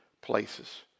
places